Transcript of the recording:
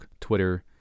Twitter